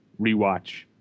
rewatch